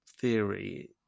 theory